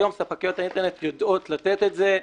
היום ספקיות האינטרנט יודעות לתת את זה.